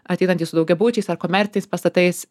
ateinantys su daugiabučiais ar komerciniais pastatais